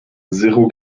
zéro